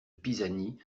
pisani